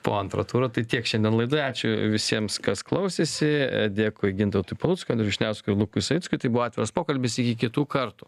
po antro turo tai tiek šiandien laidoje ačiū visiems kas klausėsi dėkui gintautui paluckui andriui vyšniauskui lukui savickui tai buvo atviras pokalbis iki kitų kartų